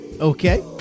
Okay